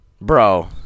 Bro